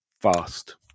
fast